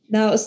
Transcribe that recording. Now